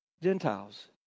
Gentiles